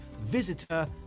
visitor